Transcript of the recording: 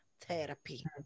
therapy